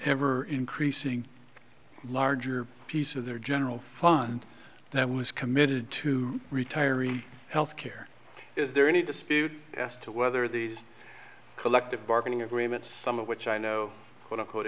ever increasing larger piece of their general fund that was committed to retiring health care is there any dispute as to whether these collective bargaining agreements some of which i know quote unquote